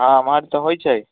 हँ एमहर तऽ होइत छै